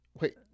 Wait